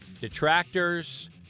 detractors